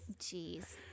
Jeez